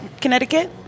Connecticut